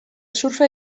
surfa